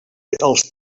els